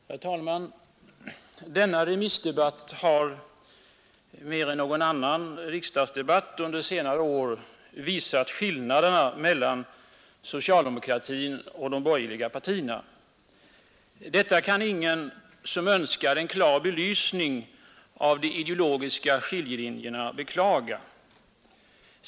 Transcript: Herr talman! Denna remissdebatt har mer än någon annan riksdagsdebatt under senare år visat skillnaderna mellan socialdemokratin och de borgerliga partierna. Detta kan ingen som önskar en klar belysning av de ideologiska skiljelinjerna beklaga.